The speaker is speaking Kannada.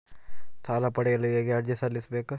ಸಾಲ ಪಡೆಯಲು ಹೇಗೆ ಅರ್ಜಿ ಸಲ್ಲಿಸಬೇಕು?